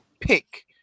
pick